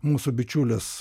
mūsų bičiulis